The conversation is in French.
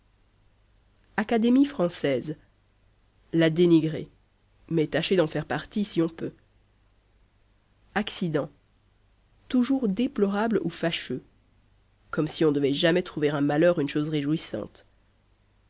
académie francaise la dénigrer mais tâcher d'en faire partie si on peut accident toujours déplorable ou fâcheux comme si on devait jamais trouver un malheur une chose réjouissante